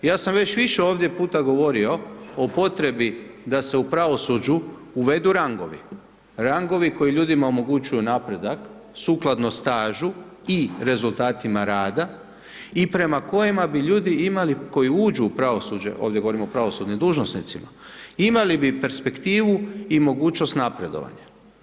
Ja sam već više ovdje puta govorio o potrebi da se u pravosuđu uvedu rangovi, rangovi koji ljudima omogućuju napredak sukladno stažu i rezultatima rada i prema kojima bi ljudi imali, koji uđu u pravosuđe, ovdje govorimo o pravosudnim dužnosnicima, imali bi perspektivu i mogućnost napredovanja.